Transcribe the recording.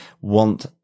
want